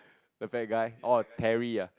the fat guy orh Terry ah